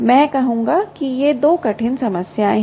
मैं कहूंगा कि ये 2 कठिन समस्याएं हैं